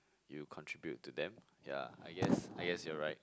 you contribute to them ya I guess I guess you're right